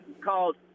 called